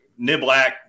Niblack